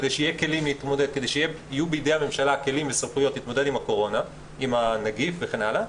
כדי שיהיו בידי הממשלה כלים וסמכויות להתמודד עם הנגיף וכן הלאה.